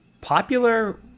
popular